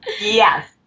Yes